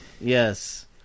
Yes